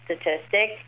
statistic